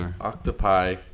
Octopi